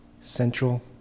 central